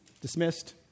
Dismissed